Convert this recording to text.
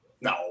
No